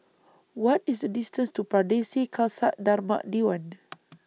What IS The distance to Pardesi Khalsa Dharmak Diwan